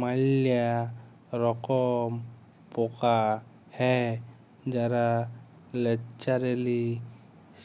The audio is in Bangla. ম্যালা রকম পকা হ্যয় যারা ল্যাচারেলি